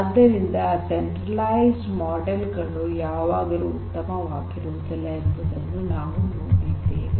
ಆದ್ದರಿಂದ centralised model ಗಳು ಯಾವಾಗಲೂ ಉತ್ತಮವಾಗಿರುವುದಿಲ್ಲ ಎಂಬುದನ್ನು ನಾವು ನೋಡಿದ್ದೇವೆ